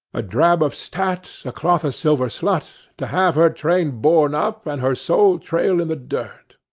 a drab of stat, a cloth-o'-silver slut, to have her train borne up, and her soul trail in the dirt.